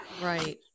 Right